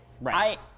Right